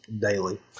daily